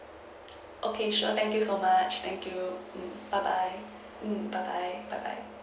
okay sure thank you so much thank you mm bye bye mm bye bye bye bye